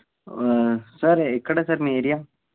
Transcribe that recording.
sir ఎక్కడ sir మీ area